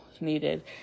needed